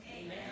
Amen